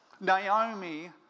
Naomi